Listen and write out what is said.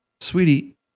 sweetie